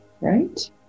Right